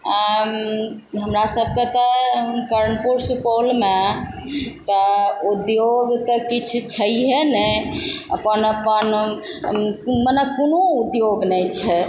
हम हमरा सबके तऽ कर्णपुर सुपौलमे तऽ उद्योग तऽ किछु छैयै नहि अपन अपन मने कोनो उद्योग नहि छै